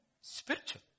Spiritual